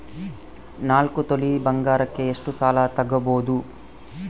ನಾಲ್ಕು ತೊಲಿ ಬಂಗಾರಕ್ಕೆ ಎಷ್ಟು ಸಾಲ ತಗಬೋದು?